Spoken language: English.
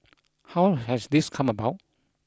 how has this come about